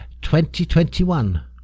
2021